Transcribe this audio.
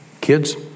Kids